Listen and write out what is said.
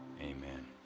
amen